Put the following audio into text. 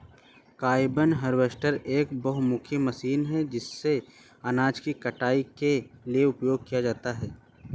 combine harvester एक बहुमुखी machine है जिसे अनाज की कटाई के लिए उपयोग किया जाता है